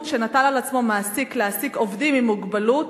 שנטל על עצמו מעסיק להעסיק עובדים עם מוגבלות,